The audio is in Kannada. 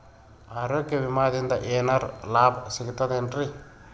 ಆರೋಗ್ಯ ವಿಮಾದಿಂದ ಏನರ್ ಲಾಭ ಸಿಗತದೇನ್ರಿ?